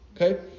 Okay